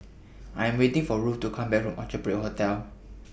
I Am waiting For Ruth to Come Back from Orchard Parade Hotel